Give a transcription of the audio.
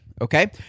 Okay